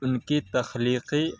ان کی تخلیقی